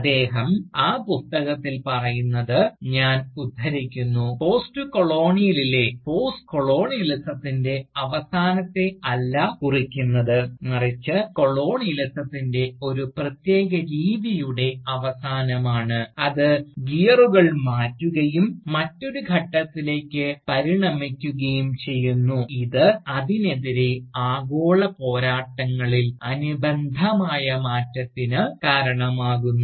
അദ്ദേഹം ആ പുസ്തകത്തിൽ പറയുന്നത് ഞാൻ ഉദ്ധരിക്കുന്നു "പോസ്റ്റ്കൊളോണിയലിലെ പോസ്റ്റ് കൊളോണിയലിസത്തിൻറെ അവസാനത്തെ അല്ല കുറിക്കുന്നത് മറിച്ച് കൊളോണിയലിസത്തിൻറെ ഒരു പ്രത്യേക രീതിയുടെ അവസാനമാണ് അത് ഗിയറുകൾ മാറ്റുകയും മറ്റൊരു ഘട്ടത്തിലേക്ക് പരിണമിക്കുകയും ചെയ്യുന്നു ഇത് അതിനെതിരെ ആഗോള പോരാട്ടങ്ങളിൽ അനുബന്ധമായ മാറ്റത്തിന് കാരണമാകുന്നു